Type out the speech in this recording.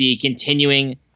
continuing